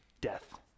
death